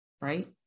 right